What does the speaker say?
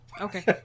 okay